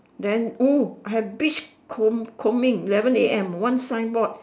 then oh I have beach comb combing eleven A_M one signboard